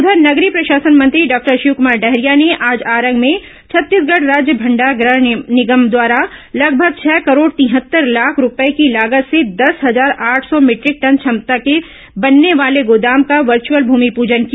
उधर नगरीय प्रशासन मंत्री डॉक्टर शिवकुमार डहरिया ने आज आरंग में छत्तीसगढ़ राज्य मंडार गृह निगम द्वारा लगभग छह करोड़ तिहत्तर लाख रूपये की लागत से दस हजार आठ सौ भीटरिक टन क्षमता के बनने वाले गोदाम का वर्च्यअल भूमिपूजन किया